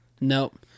nope